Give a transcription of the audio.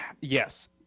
Yes